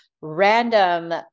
random